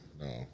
no